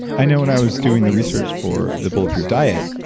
i know when i was doing the research for the bulletproof diet,